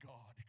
God